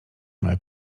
moja